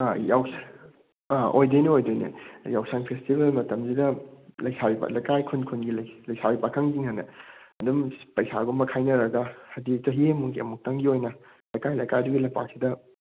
ꯑꯥ ꯑꯥ ꯑꯣꯏꯗꯣꯏꯅꯤ ꯑꯣꯏꯗꯣꯏꯅꯤ ꯌꯥꯎꯁꯪ ꯐꯦꯁꯇꯤꯕꯦꯜ ꯃꯇꯝꯁꯤꯗ ꯂꯩꯁꯥꯕꯤ ꯂꯩꯀꯥꯏ ꯈꯨꯟ ꯈꯨꯟꯒꯤ ꯂꯩꯁꯥꯕꯤ ꯄꯥꯈꯪꯁꯤꯡꯅꯅꯦ ꯑꯗꯨꯝ ꯄꯩꯁꯥꯒꯨꯝꯕ ꯈꯥꯏꯅꯔꯒ ꯍꯥꯏꯗꯤ ꯆꯍꯤ ꯑꯃꯃꯝꯒꯤ ꯑꯃꯨꯛꯇꯪꯒꯤ ꯑꯣꯏꯅ ꯂꯩꯀꯥꯏ ꯂꯩꯀꯥꯏꯗꯨꯒꯤ ꯂꯝꯄꯥꯛꯁꯤꯗ